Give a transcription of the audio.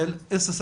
לחשמל,